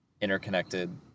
interconnected